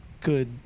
good